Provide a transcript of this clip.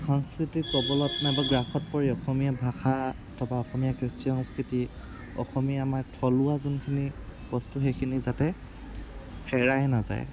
সংস্কৃতিৰ প্ৰৱণতাৰ গ্ৰাসত পৰি অসমীয়া ভাষা তথা অসমীয়া কৃষ্টি সংস্কৃতি অসমীয়া আমাৰ থলুৱা যোনখিনি বস্তু সেইখিনি যাতে হেৰাই নাযায়